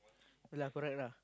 yea lah correct lah